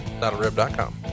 notarib.com